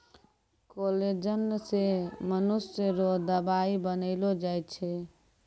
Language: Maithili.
कोलेजन से मनुष्य रो दवाई बनैलो जाय छै